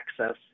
access